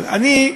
אבל אני,